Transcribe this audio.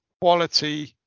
quality